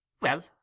Well